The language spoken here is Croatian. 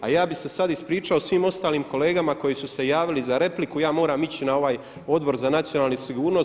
A ja bih se sad ispričao svim ostalim kolegama koji su se javili za repliku, ja moram ići na ovaj Odbor za nacionalnu sigurnost.